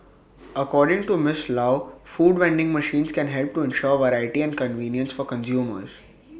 according to miss low food vending machines can help to ensure variety and convenience for consumers